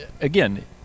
again